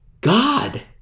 God